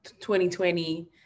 2020